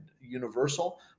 universal